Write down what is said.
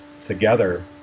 together